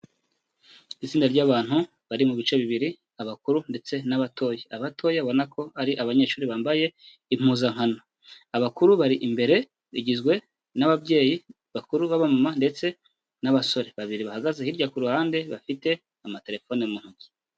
Itsinda ry'abantu bari mu bice bibiri abakuru ndetse n'abatoya, abatoya ubona ko ari abanyeshuri bambaye impuzankano, abakuru bari imbere rigizwe n'ababyeyi bakuru baba mama ndetse n'abasore babiri bahagaze hirya ku ruhande bafite amatelefone mu ntoki.